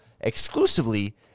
exclusively